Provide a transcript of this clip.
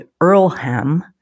Earlham